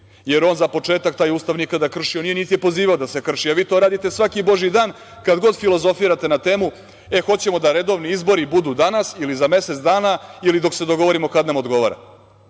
jer on za početak taj Ustav nikada kršio nije, niti je pozivao da se krši, a vi to radite svaki božiji dan kad filozofirate na temu – e, hoćemo da redovni izbori budu danas ili za mesec dana ili dok se dogovorimo kad nam odgovara.